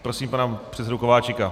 Prosím pana předsedu Kováčika.